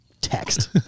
text